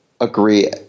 agree